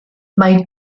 mae